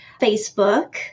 Facebook